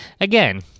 Again